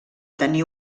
tenir